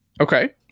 Okay